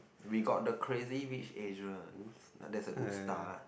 we got the crazy-rich-asians that's a good start